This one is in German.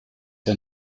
der